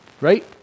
Right